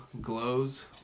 glows